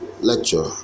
lecture